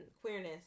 queerness